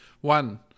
One